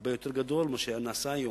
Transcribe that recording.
הרבה יותר גדול מאשר נעשה היום,